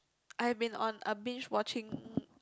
I've been on a binge watching